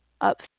up